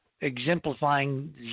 exemplifying